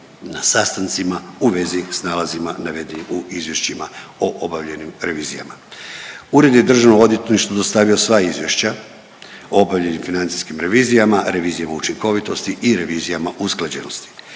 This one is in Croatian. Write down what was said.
navedenih u izvješćima o obavljenim revizijama. Ured je Državnom odvjetništvu dostavio sva izvješća o obavljenim financijskim revizijama, revizijama učinkovitosti i revizijama usklađenosti.